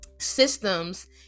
systems